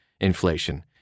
inflation